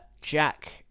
Jack